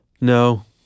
no